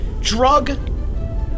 drug